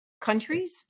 countries